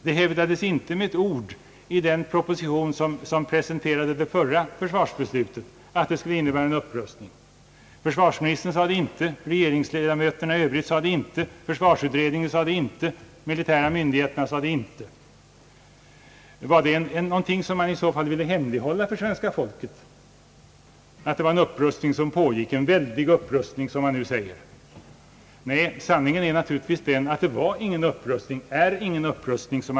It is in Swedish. Det nämndes inte ett ord om något sådant i den proposition som presenterades vid det förra försvarsbeslutet, det antyddes inte att detta skulle innebära en upprustning. Försvarsministern sade det inte, regeringsledamöterna i övrigt sade det inte, försvarsutredningen sade det inte. Var det någonting som man i så fall ville hemlighålla för svenska folket — att det var fråga om en »väldig upprustning» som man nu säger? Nej, sanningen är naturligtvis den, att det varken har skett eller sker en upprustning.